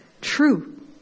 true